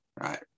right